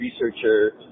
researcher